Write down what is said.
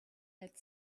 had